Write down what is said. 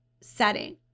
setting